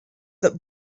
that